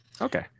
okay